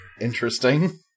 Interesting